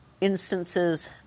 instances